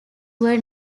were